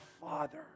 Father